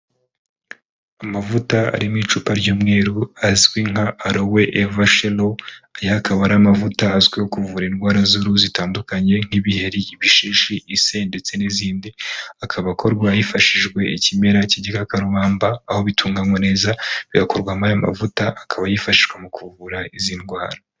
Amavuta ari mu icupa ry'umweru azwi nka alowe evahelo aya akaba ari amavuta azwiho kuvura indwara z'uruhu zitandukanye nk'ibiheri bishishi ise ndetse n'izindi akaba akorwa hifashishijwe ikimera kigira karubamba aho bitunganywa neza bigakurwamo ayo amavuta akaba yifashishwa mu kuvura izi ndwara.